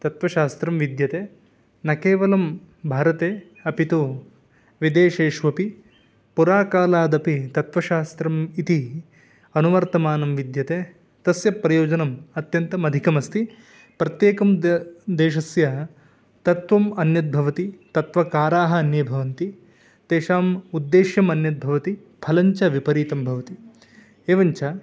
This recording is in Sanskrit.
तत्वशास्त्रं विद्यते न केवलं भारते अपि तु विदेशेष्वपि पुराकालादपि तत्वशास्त्रम् इति अनुवर्तमानं विद्यते तस्य प्रयोजनम् अत्यन्तमधिकमस्ति प्रत्येकं दे देशस्य तत्वम् अन्यद्भवति तत्वकाराः अन्ये भवन्ति तेषाम् उद्देश्यम् अन्यद् भवति फलञ्च विपरीतं भवति एवञ्च